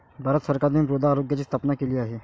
भारत सरकारने मृदा आरोग्याची स्थापना केली आहे